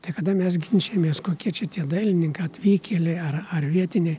tai kada mes ginčijamės kokie čia tie dailininkai atvykėliai ar ar vietiniai